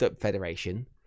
federation